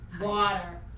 water